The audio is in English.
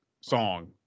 song